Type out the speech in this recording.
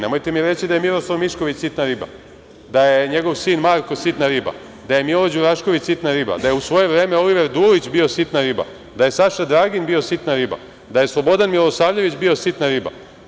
Nemojte mi reći da je Miroslav Mišković sitna riba, da je njegov sin Marko sitna riba, da je Milo Đurašković sitna riba, da je u svoje vreme Oliver Dulić bio sitna riba, da je Saša Dragin bio sitna riba, da je Slobodan Milosavljević bio sitna riba.